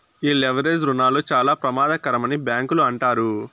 ఈ లెవరేజ్ రుణాలు చాలా ప్రమాదకరమని బ్యాంకులు అంటారు